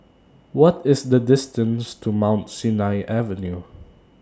What IS The distance to Mount Sinai Avenue